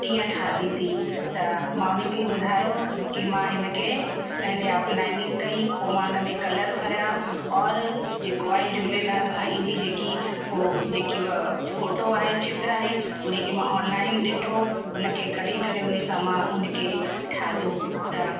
कीअं ठाहींदी थी त मां हुनखे ॿुधायो कि मां हिनखे पहले आउटलाइनिंग कई पोइ मां हुन में कलर भरिया और जेको आहे झूलेलाल साईं जी जेकी उहो जेकी उहा फोटो आहे चित्र आहे हुनखे मां ऑनलाइन ॾिठो हुनखे कढी करे हुन सां मां हुनखे ठाहियो त